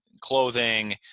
clothing